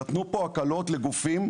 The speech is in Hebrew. נתנו פה הקלות לגופים,